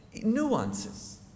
nuances